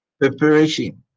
preparation